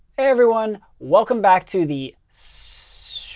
everyone. welcome back to the so